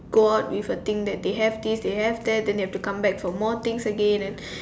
go out with a thing that they have this they have that then they have to come back for more things again